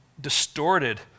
distorted